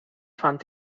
fand